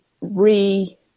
re